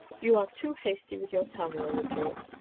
you are too hasty with your tongue, roland yorke.